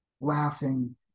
laughing